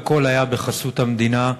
והכול היה בחסות המדינה.